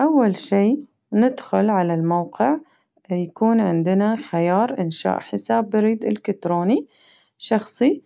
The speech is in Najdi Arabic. أول شي ندخل على الموقع يكون عندنا خيار إنشاء بريد إلكتروني شخصي